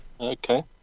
Okay